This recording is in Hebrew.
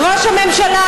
ראש הממשלה,